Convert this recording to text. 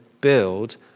build